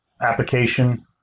Application